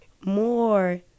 more